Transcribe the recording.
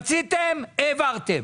רציתם העברתם.